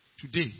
Today